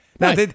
Now